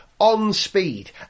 onspeed